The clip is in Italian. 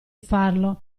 farlo